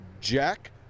Jack